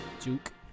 Juke